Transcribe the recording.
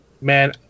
man